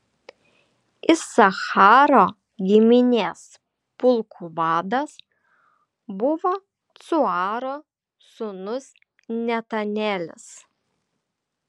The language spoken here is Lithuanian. isacharo giminės pulkų vadas buvo cuaro sūnus netanelis